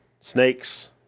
Snakes